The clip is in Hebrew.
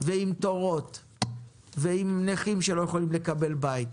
ועם תורים ועם נכים שלא יכולים לקבל בית.